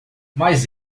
mas